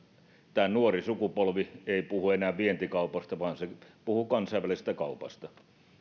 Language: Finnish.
nuori sukupolvi ei puhu enää vientikaupasta vaan se puhuu kansainvälisestä kaupasta